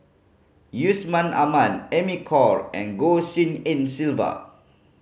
Yusman Aman Amy Khor and Goh Tshin En Sylvia